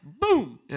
boom